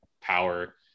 power